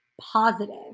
positive